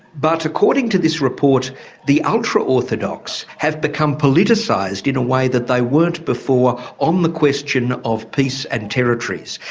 but according to this report the ultra-orthodox have become politicised in a way that they weren't before on the question of peace and territories.